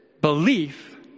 belief